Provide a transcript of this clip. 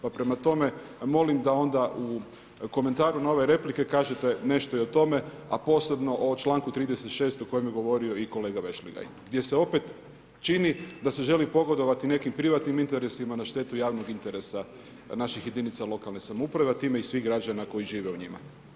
Pa prema tome, molim da onda u komentaru na ove replike kažete nešto i o tome a posebno o članku 36. o kojem je govorio i kolega Vešligaj gdje se opet čini da se želi pogodovati nekim privatnim interesima na štetu javnog interesa naših jedinica lokalne samouprave a time i svih građana koji žive u njima.